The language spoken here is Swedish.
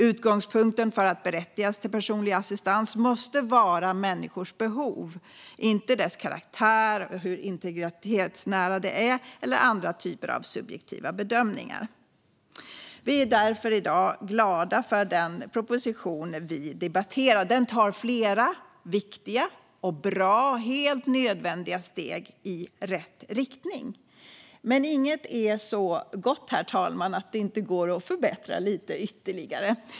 Utgångspunkten för att berättigas till personlig assistans måste vara människors behov, inte dess karaktär och hur integritetsnära det är eller andra typer av subjektiva bedömningar. Vi är därför i dag glada för den proposition som vi debatterar. Den tar flera viktiga och bra, helt nödvändiga steg i rätt riktning. Men inget är så gott, herr talman, att det inte går att förbättra lite ytterligare.